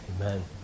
Amen